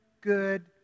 good